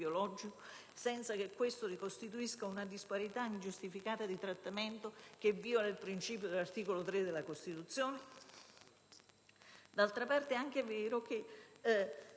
senza che questo costituisca una disparità ingiustificata di trattamento che viola il principio dell'articolo 3 della Costituzione? D'altra parte, è anche vero che,